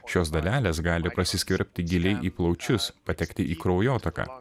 šios dalelės gali prasiskverbti giliai į plaučius patekti į kraujotaką